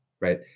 right